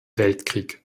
weltkrieg